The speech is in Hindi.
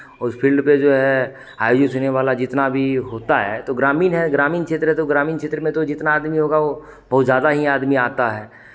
उस फील्ड पे जो है वाला जितना भी होता है तो ग्रामीण है ग्रामीण क्षेत्र में तो जितना आदमी होगा बहुत ज़्यादा ही आदमी आता है